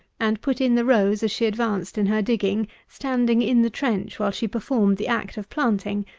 and put in the rows as she advanced in her digging, standing in the trench while she performed the act of planting,